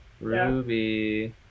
Ruby